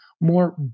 more